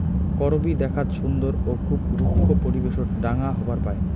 করবী দ্যাখ্যাত সুন্দর ও খুব রুক্ষ পরিবেশত ঢাঙ্গা হবার পায়